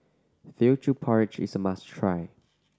Teochew Porridge is a must try